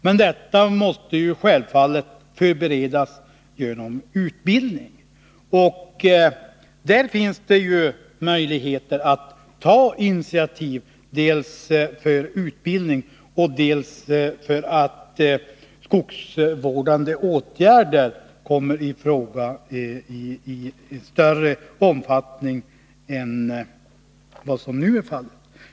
Men det måste självfallet förberedas genom utbildning. Där finns det möjligheter att ta initiativ, dels till utbildning, dels till att skogsvårdande åtgärder kommer i fråga i större omfattning än vad som nu är fallet.